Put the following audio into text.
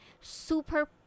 super